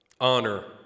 honor